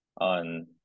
on